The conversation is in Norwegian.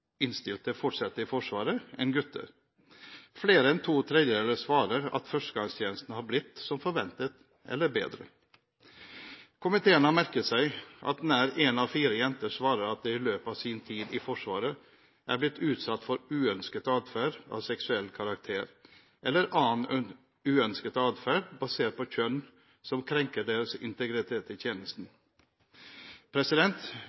i Forsvaret enn gutter. Flere enn to tredjedeler svarer at førstegangstjenesten har blitt som forventet, eller bedre. Komiteen har merket seg at nær én av fire jenter svarer at de i løpet av sin tid i Forsvaret er blitt utsatt for uønsket atferd av seksuell karakter, eller annen uønsket atferd basert på kjønn, som krenker deres integritet i